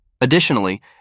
Additionally